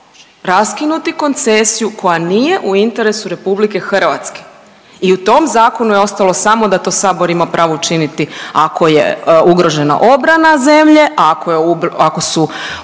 raskinuti koncesiju koja nije u interesu RH i u tom zakonu je ostalo samo da to sabor ima pravo učiniti ako je ugrožena obrana zemlje, ako je